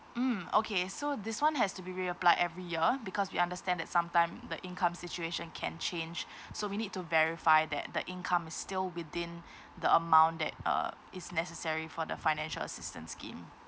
mm okay so this [one] has to be re applied every year because we understand that sometime the income situation can change so we need to verify that the income is still within the amount that uh is necessary for the financial assistance scheme